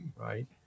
Right